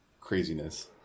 craziness